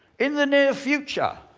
in the near future,